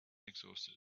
exhausted